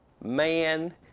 man